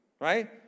Right